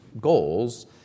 goals